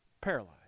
paralyzed